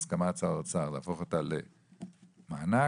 בהסכמת שר האוצר להפוך אותה למענק.